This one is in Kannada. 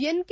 N K